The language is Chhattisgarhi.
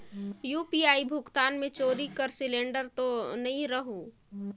यू.पी.आई भुगतान मे चोरी कर सिलिंडर तो नइ रहु?